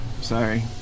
sorry